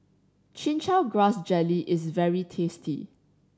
Chin Chow Grass Jelly is very tasty